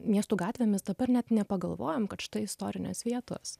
miestų gatvėmis dabar net nepagalvojam kad štai istorinės vietos